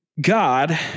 God